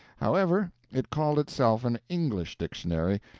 however, it called itself an english dictionary,